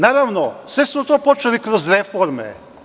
Naravno, sve smo to počeli kroz reforme.